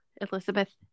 Elizabeth